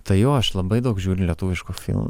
tai jo aš labai daug žiūriu lietuviškų filmų